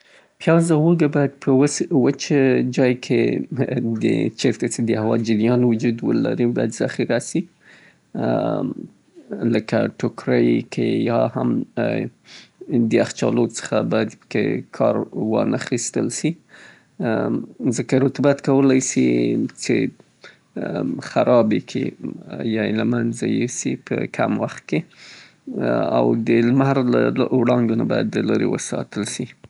پیاز او اوږه باید په یخه هوا کې وساتل سي، په جالی کڅوړو کې معمولان وساتل سي څې رطوبت ورته ونه رسیږي. که چیرې په صیی ځای کې بند سي نو د یو هفتې لپاره او یا هم کیدای سي د زیات وخت دوام راوړي که صیی توګه باندې ذخیره سي.